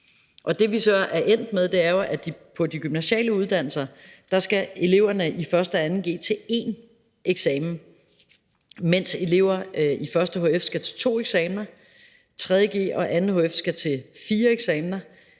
Det, vi så er endt med, er jo, at på de gymnasiale uddannelser skal eleverne i 1. og 2. g til én eksamen, mens eleverne i 1. hf skal til to eksamener og 3. g'erne og 2. hf'erne skal til fire eksamener.